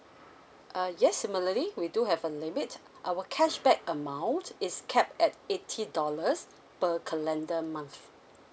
uh yes similarly we do have a limit our cashback amount is capped at eighty dollars per calendar month